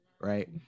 right